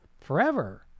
Forever